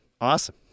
awesome